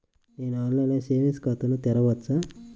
నేను ఆన్లైన్లో సేవింగ్స్ ఖాతాను తెరవవచ్చా?